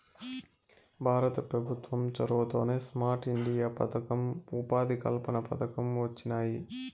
భారత పెభుత్వం చొరవతోనే స్మార్ట్ ఇండియా పదకం, ఉపాధి కల్పన పథకం వొచ్చినాయి